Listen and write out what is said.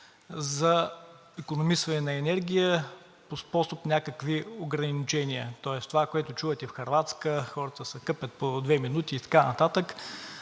за икономисване на енергия по способ някакви ограничения, тоест това, което чувате, в Хърватска хората се къпят по две минути и така